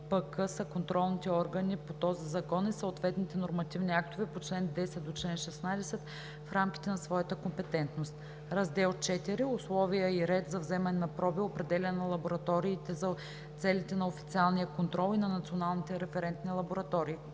МНПК са контролните органи по този закон и съответните нормативни актове по чл. 10 – 16 в рамките на своята компетентност. Раздел IV – Условия и ред за вземане на проби, определяне на лабораториите за целите на официалния контрол и на националните референтни лаборатории“.“